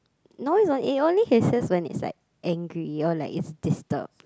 no it's not it only hisses when it's like angry or like it's disturbed